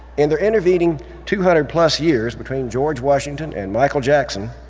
in the intervening two hundred plus years between george washington and michael jackson,